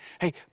hey